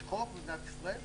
יש חוק במדינת ישראל.